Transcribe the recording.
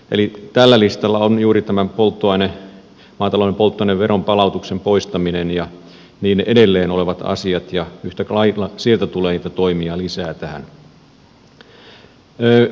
eli tällä listalla on juuri tämä maatalouden polttoaineveron palautuksen poistaminen ja niin edelleen olevat asiat ja yhtä lailla sieltä tulee niitä toimia lisää tähän